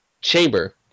chamber